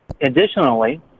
Additionally